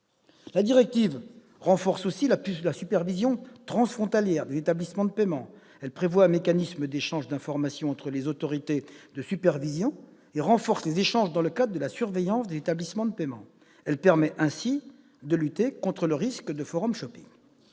La directive renforce également la supervision transfrontalière des établissements de paiement : elle prévoit un mécanisme d'échange d'informations entre les autorités de supervision et accroît les échanges dans le cadre de la surveillance des établissements de paiement. Elle permet ainsi de lutter contre le risque de. Enfin,